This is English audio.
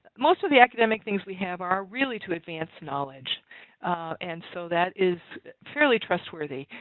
most of the academic things we have are really to advance knowledge and so that is fairly trustworthy.